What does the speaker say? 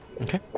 Okay